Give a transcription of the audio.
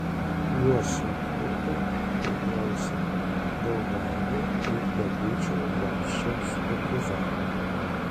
uosio kuopai priklausė daugailių ir degučių valsčiaus partizanai